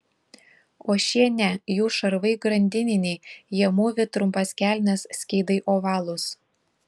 o šie ne jų šarvai grandininiai jie mūvi trumpas kelnes skydai ovalūs